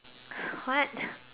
unless